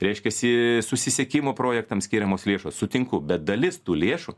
reiškiasi susisiekimo projektams skiriamos lėšos sutinku bet dalis tų lėšų